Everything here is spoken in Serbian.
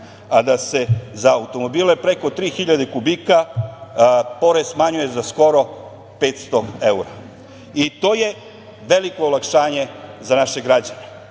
a da se za automobile preko tri hiljade kubika porez smanjuje za skoro 500 evra. To je veliko olakšanje za naše građane